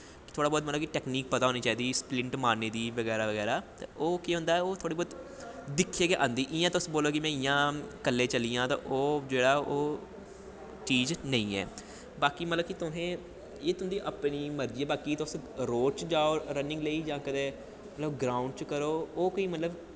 थोह्ड़ी बौह्त मतलब कि टैकनीक पता होनी चाहिदी स्पलिंट मारने दी बगैरा बगैरा ते ओह् केह् होंदा ओह् थोह्ड़ा बौह्त दिक्खियै गै आंदी इ'यां तुस बोलो केह् इ'यां कल्ले चली जा तां ओह् चीज नेईं ऐ बाकी मतलब कि तुसें एह् तुंदी अपनी मर्जी ऐ बाकी तुस रोड़ च जाओ रनिंग लेई जां मतलब ग्राउंड़ च जाओ ओह् मतलब